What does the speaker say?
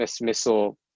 missile